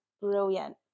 brilliant